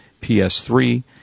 PS3